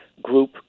Group